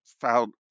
found